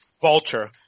Vulture